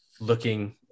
looking